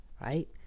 right